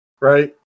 right